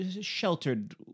sheltered